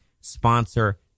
Sponsor